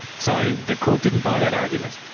so the court didn't buy that argument?